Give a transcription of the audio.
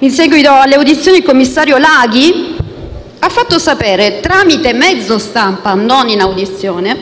In seguito alle audizioni, il commissario Laghi ha fatto sapere a mezzo stampa e non in audizione